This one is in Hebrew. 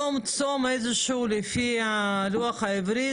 יום צום, איזה שהוא, לפי הלוח העברי?